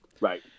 Right